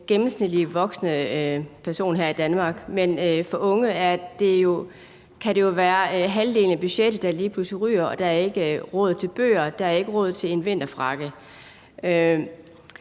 gennemsnitlige voksne person her i Danmark, men for unge kan det jo være halvdelen af budgettet, der lige pludselig ryger, og der er ikke råd til bøger, og der er ikke råd til en vinterfrakke.